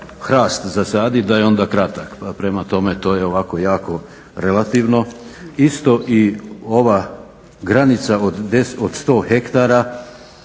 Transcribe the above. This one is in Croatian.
hrast zasaditi da je onda kratak. Pa prema tome to je ovako jako relativno. Isto i ova granica od 100 hektara